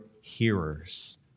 hearers